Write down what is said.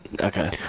okay